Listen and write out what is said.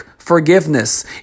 forgiveness